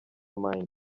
mine